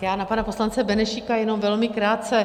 Já na pana poslance Benešíka jenom velmi krátce.